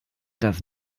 das